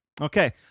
Okay